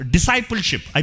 Discipleship